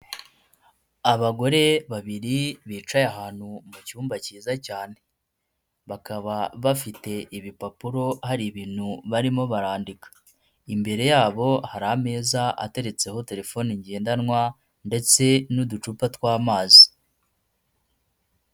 Abagore babiri bicaye ahantu mu cyumba cyiza cyane, bakaba bafite ibipapuro hari ibintu barimo barandika, imbere yabo hari ameza ateretseho telefoni ngendanwa ndetse n'uducupa tw'amazi.